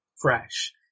fresh